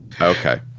Okay